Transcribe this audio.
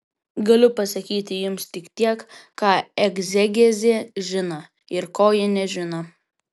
galiu pasakyti jums tik tiek ką egzegezė žino ir ko ji nežino